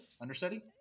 Understudy